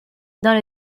dans